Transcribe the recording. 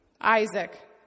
Isaac